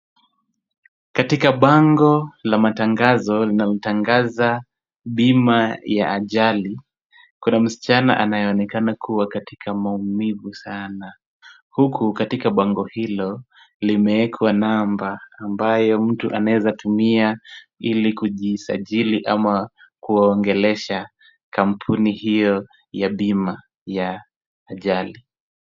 Katika bango la matangazo linautangaza bima ya ajali. Kuna msichana anayeonekana kuwa katika maumivu sana, huku katika bango hilo limeekwa number ambayo mtu anaeza tumia ili kujisajili ama kuwaongelesha kampuni hiyo ya bima ya ajali.